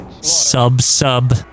sub-sub